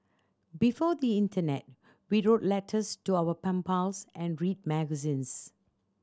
before the internet we wrote letters to our pen pals and read magazines